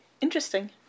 interesting